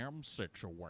situation